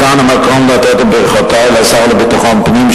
כאן המקום לתת את ברכותי לשר לביטחון פנים,